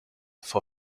for